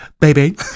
Baby